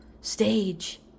stage